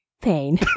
pain